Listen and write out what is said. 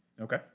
Okay